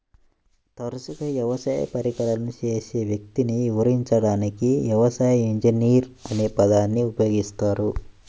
తరచుగా వ్యవసాయ పరికరాలను చేసే వ్యక్తిని వివరించడానికి వ్యవసాయ ఇంజనీర్ అనే పదాన్ని ఉపయోగిస్తారు